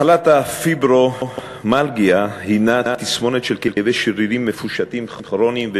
מחלת הפיברומיאלגיה הנה תסמונת של כאבי שרירים מפושטים כרוניים ותשישות,